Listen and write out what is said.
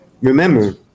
Remember